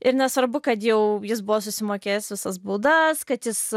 ir nesvarbu kad jau jis buvo susimokėjęs visas baudas kad jis